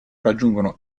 raggiungono